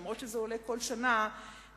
למרות שזה עולה כל שנה מחדש,